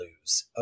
lose